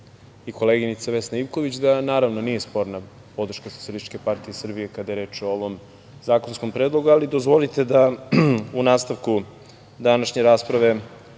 i koleginica Vesna Ivković, da nije sporna podrška SPS kada je reč o ovom zakonskom predlogu, ali dozvolite da u nastavku današnje rasprave